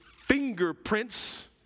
fingerprints